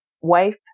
wife